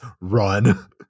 run